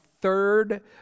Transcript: third